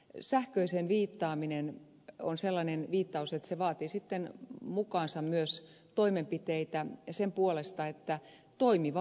sähköiseen viittaaminen on sellainen viittaus että se vaatii sitten mukaansa myös toimenpiteitä sen puolesta että eri puolilla on toimiva laajakaista